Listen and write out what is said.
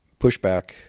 pushback